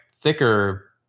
thicker